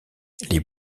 les